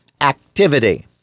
activity